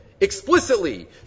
Explicitly